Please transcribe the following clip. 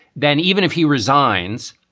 then even if he resigns,